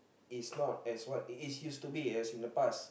is not as what it is used to be as in the past